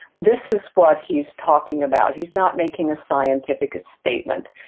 this is what he's talking about. he's not making a scientific statement.